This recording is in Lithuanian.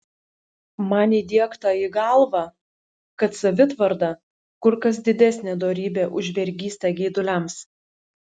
man įdiegta į galvą kad savitvarda kur kas didesnė dorybė už vergystę geiduliams